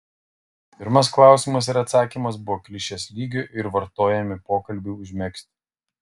pirmas klausimas ir atsakymas buvo klišės lygio ir vartojami pokalbiui užmegzti